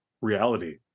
reality